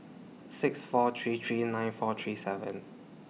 six four three three nine four three seven